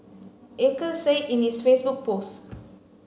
Acres said in its Facebook post